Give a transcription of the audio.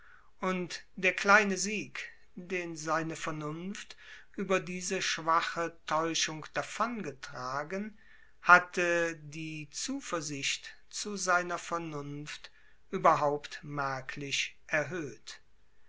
und der kleine sieg den seine vernunft über diese schwache täuschung davongetragen hatte die zuversicht zu seiner vernunft überhaupt merklich erhöht